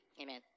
Amen